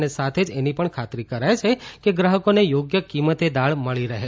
અને સાથે જ એની પણ ખાતરી કરાય છે કે ગ્રાહકોને યોગ્ય કિંમતે દાળ મળી રહી